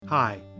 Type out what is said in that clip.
Hi